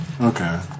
Okay